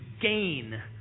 gain